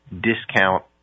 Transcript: discount